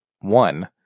one